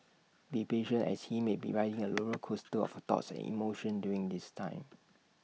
be patient as he may be riding A roller coaster of thoughts and emotions during this time